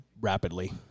rapidly